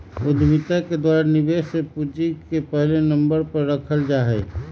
उद्यमि के द्वारा निवेश में पूंजी के पहले नम्बर पर रखल जा हई